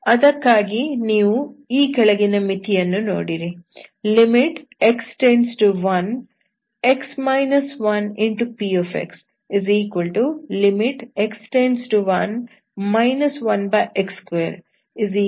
ಅದಕ್ಕಾಗಿ ನೀವು ಈ ಕೆಳಗಿನ ಮಿತಿಯನ್ನು ನೋಡಿರಿ x→1 x 1